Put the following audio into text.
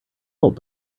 help